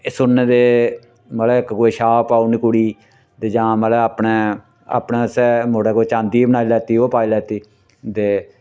एह् सुन्ने दे मतलब इक कोई शाप पाउनी कुड़ी गी ते जां मतलब अपने अपने आस्तै मुड़ा कोई चांदी दी बनाई लैती ओह् पाई लैती ते